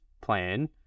plan